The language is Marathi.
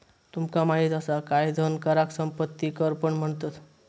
तुमका माहित असा काय धन कराक संपत्ती कर पण म्हणतत?